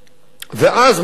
לא יודע מה.